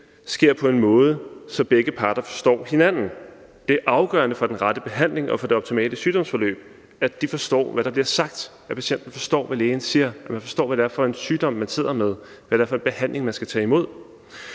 sker på en måde, så begge parter forstår hinanden. Det er afgørende for den rette behandling og for det optimale sygdomsforløb, at de forstår, hvad der bliver sagt – at patienten forstår, hvad lægen siger, at man forstår, hvad det er for en sygdom, man har, og hvad det er for en behandling, man skal tage imod.